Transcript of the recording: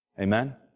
Amen